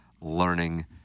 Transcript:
Learning